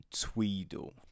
Tweedle